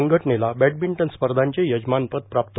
संघटनेला बॅडमिंटन स्पर्धांचे यजमान पद प्राप्त